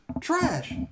trash